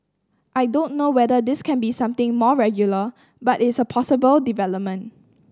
I don't know whether this can be something more regular but it's a possible development